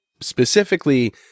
specifically